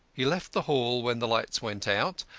he left the hall when the lights went out,